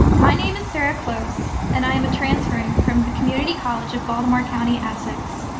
my name is sarah close and i am a transferring from the community college of baltimore county essex.